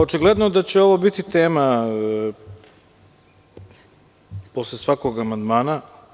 Očigledno da će ovo biti tema posle svakog amandmana.